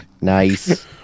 nice